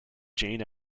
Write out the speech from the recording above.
jane